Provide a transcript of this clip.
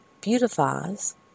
beautifies